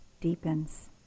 deepens